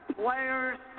players